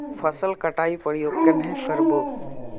फसल कटाई प्रयोग कन्हे कर बो?